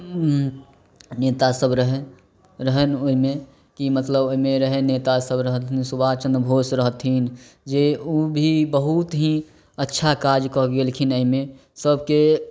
नेता सब रहै रहनि ओहिमे कि मतलब ओहिमे रहनि नेता सब रहलथिन सुभाष चन्द्र बोस रहथिन जे ओ भी बहुत ही अच्छा काज कऽ कऽ गेलखिन एहिमे सबके